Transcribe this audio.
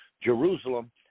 Jerusalem